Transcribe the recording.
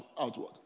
outward